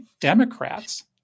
Democrats